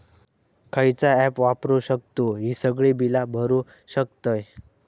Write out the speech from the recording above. खयचा ऍप वापरू शकतू ही सगळी बीला भरु शकतय?